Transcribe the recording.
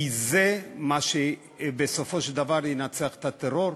כי זה מה שבסופו של דבר ינצח את הטרור.